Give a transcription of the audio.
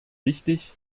wichtig